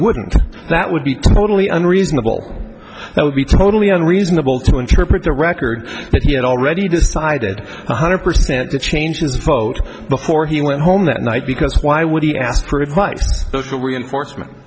wouldn't that would be totally unreasonable that would be totally unreasonable to interpret the record that he had already decided one hundred percent to change his vote before he went home that night because why would he ask her advice for reinforcement